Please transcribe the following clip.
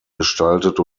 gestaltet